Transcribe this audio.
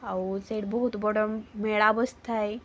ଆଉ ସେଇଠି ବହୁତ ବଡ଼ ମେଳା ବସିଥାଏ